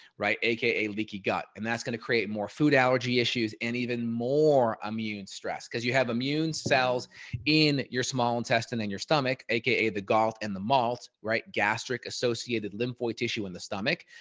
right, aka leaky gut and that's going to create more food allergy issues and even more immune stress because you have immune cells in your small intestine in and your stomach, aka the golf and the malt, right gastric associated lymphoid tissue in the stomach,